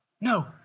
No